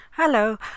Hello